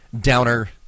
downer